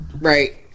Right